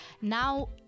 Now